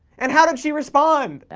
and how did she respond? and